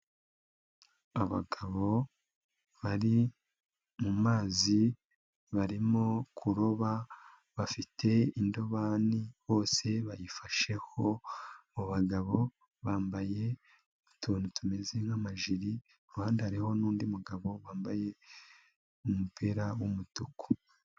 Abagabo bari mu mazi barimo kuroba bafite indobani bose bayifasheho, abo bagabo bambaye utuntu tumeze nk'amajiri, ku ruhande hariho n'undi mugabo wambaye umupira w'umutuku.